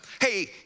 hey